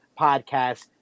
podcast